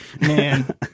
Man